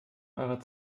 eurer